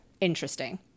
Interesting